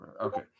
Okay